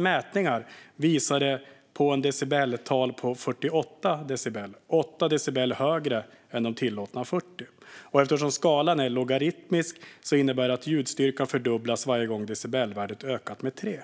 Mätningarna visade 48 decibel, alltså 8 decibel högre än de tillåtna 40, och eftersom skalan är logaritmisk innebär det att ljudstyrkan fördubblas varje gång som decibelvärdet ökar med 3.